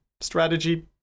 strategy